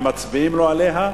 מצביעים לו עליה,